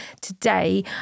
today